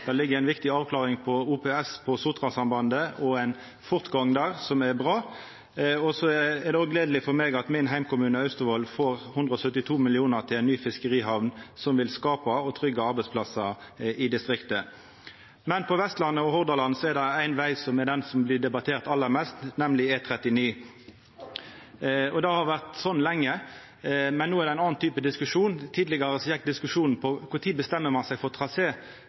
Det ligg ei viktig avklaring av OPS på Sotrasambandet og ein fortgang der som er bra. Så er det òg gledeleg for meg at min heimkommune, Austevoll, får 172 mill. kr til ei ny fiskerihamn, som vil skapa og tryggja arbeidsplassar i distriktet. Men på Vestlandet og i Hordaland er det éin veg som blir debattert aller mest, nemleg E39. Det har vore slik lenge, men no er det ein annan type diskusjon. Tidlegare gjekk diskusjonen på: Kva tid bestemmer ein seg for